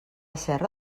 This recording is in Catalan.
serra